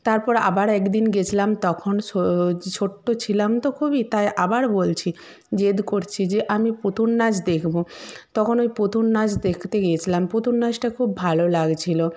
তারপর আবার একদিন গিয়েছিলাম তখন ছোটো ছিলাম তো খুবই তাই আবার বলছি জেদ করছি যে আমি পুতুল নাচ দেখব তখন ওই পুতুল নাচ দেখতে গিয়েছিলাম পুতুল নাচটা খুব ভালো লাগছিল